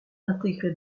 intégré